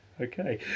okay